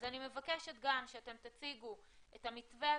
אז אני מבקשת שתציגו את המתווה עצמו,